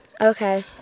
Okay